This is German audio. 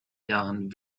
jahren